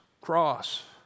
cross